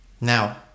Now